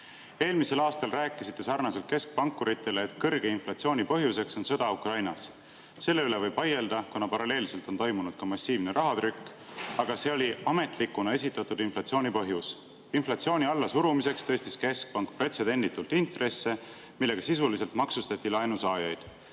Eelmisel aastal rääkisite sarnaselt keskpankuritega, et kõrge inflatsiooni põhjus on sõda Ukrainas. Selle üle võib vaielda, kuna paralleelselt on toimunud ka massiivne rahatrükk. Aga see oli ametlikuna esitatud inflatsiooni põhjus. Inflatsiooni allasurumiseks tõstis keskpank pretsedenditult intresse, millega sisuliselt maksustati laenusaajaid.